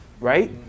Right